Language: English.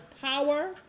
power